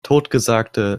totgesagte